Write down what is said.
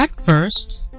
First